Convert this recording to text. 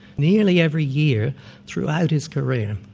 nearly every year throughout his career,